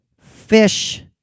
fish